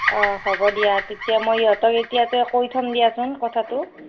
অঁ হ'ব দিয়া তেতিয়া মই ইহঁতক এতিয়াতে কৈ থম দিয়াচোন কথাটো